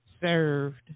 served